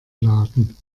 laden